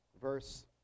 Verse